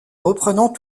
reprenant